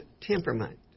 temperament